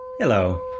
Hello